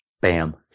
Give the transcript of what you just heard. Bam